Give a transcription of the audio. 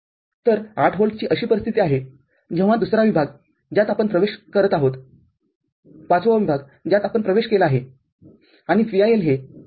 तर ८ व्होल्टची अशी परिस्थिती आहे जेव्हा दुसरा विभाग ज्यात आपण प्रवेश करत आहोतपाचवा विभाग ज्यात आपण प्रवेश केला आहे आणि VIL हे १